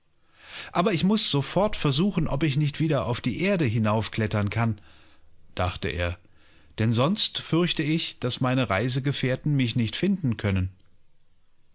aber ich muß sofort versuchen ob ich nicht wieder auf die erde hinaufklettern kann dachte er denn sonst fürchte ich daß meine reisegefährtenmichnichtfindenkönnen